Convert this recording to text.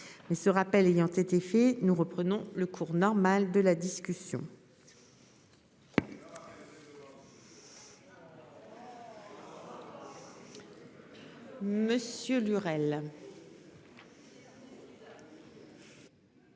Mais ce rappel ayant été fille nous reprenons le cours normal de la discussion. Monsieur Lurel.